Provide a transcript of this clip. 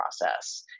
process